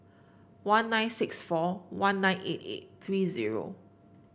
one nine six four one nine eight eight three zero